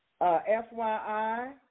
FYI